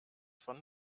von